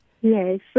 Yes